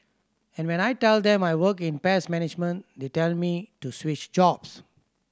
and when I tell them I work in pest management they tell me to switch jobs